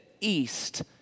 east